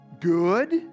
good